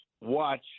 watch